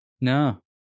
no